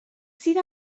sydd